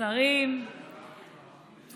נותנים לך לדבר כמה שאתה רוצה.